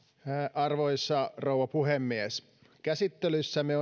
arvoisa rouva puhemies käsittelyssämme